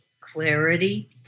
clarity